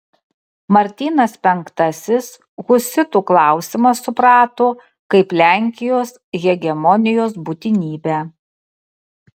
martynas penktasis husitų klausimą suprato kaip lenkijos hegemonijos būtinybę